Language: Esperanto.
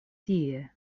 tie